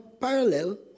parallel